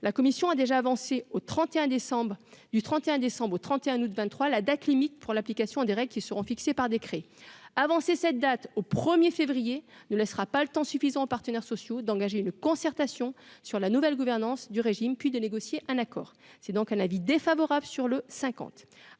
la commission a déjà avancé au 31 décembre du 31 décembre au 31 août 23 la date limite pour l'application des règles qui seront fixées par décret, avancer cette date au 1er février ne laissera pas le temps suffisant aux partenaires sociaux d'engager une concertation sur la nouvelle gouvernance du régime puis de négocier un accord, c'est donc un avis défavorable sur le